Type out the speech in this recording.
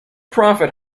profit